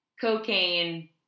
cocaine